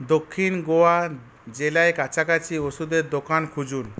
দক্ষিণ গোয়া জেলায় কাছাকাছি ওষুধের দোকান খুঁজুন